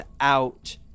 out